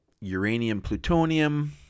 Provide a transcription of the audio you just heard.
uranium-plutonium